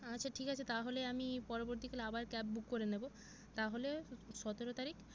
আচ্ছা ঠিক আছে তাহলে আমি পরবর্তীকালে আবার ক্যাব বুক করে নেব তাহলে সতেরো তারিখ